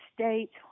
States